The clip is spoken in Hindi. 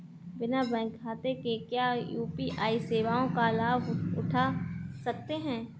बिना बैंक खाते के क्या यू.पी.आई सेवाओं का लाभ उठा सकते हैं?